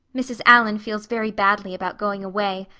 mrs. allan feels very badly about going away.